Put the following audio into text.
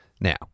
Now